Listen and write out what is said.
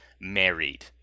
married